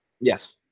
Yes